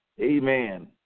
Amen